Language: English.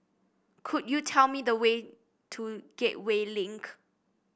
could you tell me the way to Gateway Link